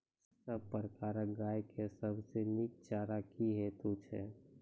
सब प्रकारक गाय के सबसे नीक चारा की हेतु छै?